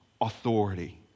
authority